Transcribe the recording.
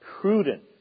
prudent